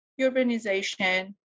urbanization